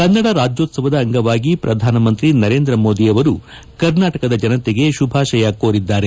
ಕನ್ನಡ ರಾಜ್ಯೋತ್ಸವದ ಅಂಗವಾಗಿ ಪ್ರಧಾನಮಂತ್ರಿ ನರೇಂದ್ರ ಮೋದಿ ಅವರು ಕರ್ನಾಟಕದ ಜನತೆಗೆ ಶುಭಾಶಯ ಕೋರಿದ್ದಾರೆ